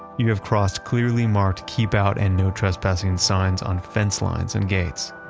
you have crossed clearly marked keep out and no trespassing signs on fence lines and gates.